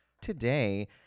Today